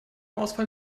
ausfall